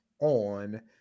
on